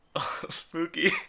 Spooky